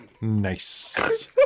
Nice